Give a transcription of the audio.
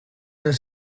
the